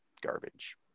garbage